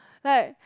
like